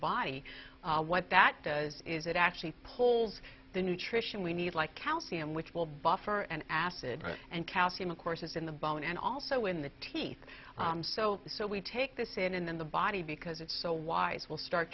body what that does is it actually polls the nutrition we need like calcium which will buffer and acid and calcium of course is in the bone and also in the teeth so so we take this in and then the body because it's so wise we'll start